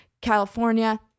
California